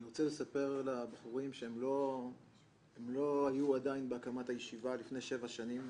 אני רוצה לספר לבחורים שהם לא היו עדיין בהקמת הישיבה לפני שבע שנים,